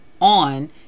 on